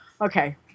Okay